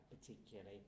particularly